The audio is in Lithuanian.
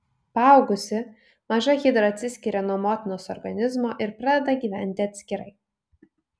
paaugusi maža hidra atsiskiria nuo motinos organizmo ir pradeda gyventi atskirai